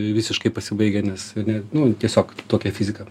visiškai pasibaigia nes nu tiesiog tokia fizika